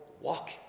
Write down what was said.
walk